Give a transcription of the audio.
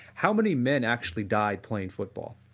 how many men actually died playing football?